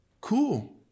cool